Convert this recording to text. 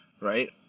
right